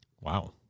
Wow